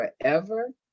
forever